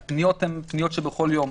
יש פניות בכל יום.